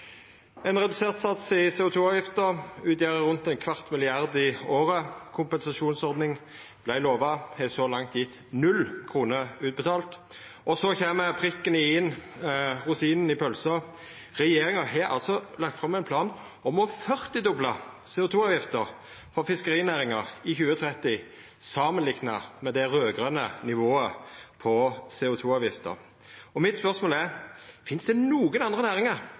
ein redusert sats i CO 2 -avgifta utgjer rundt ein kvart milliard i året, kompensasjonsordning vart lova, men har så langt gjeve null kroner utbetalt. Så kjem prikken over i-en, rosina i pølsa – regjeringa har altså lagt fram ein plan om å førtidobla CO 2 -avgifta for fiskerinæringa i 2030 samanlikna med det raud-grøne nivået på CO 2 -avgifta. Spørsmålet mitt er: Finst det nokon andre